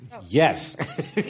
Yes